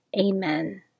Amen